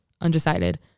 undecided